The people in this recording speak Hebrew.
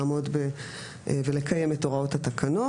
לעמוד ולקיים את הוראות התקנות.